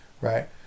right